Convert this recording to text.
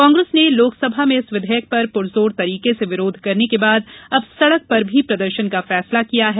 कांग्रेस ने लोकसभा में इस विधेयक पर पुरजोर तरीके से विरोध करने के बाद अब सड़क पर भी प्रदर्शन का फैसला किया है